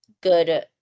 good –